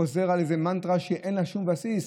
וחוזר על איזה מנטרה שאין לה שום בסיס.